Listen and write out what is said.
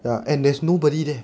ya and there's nobody there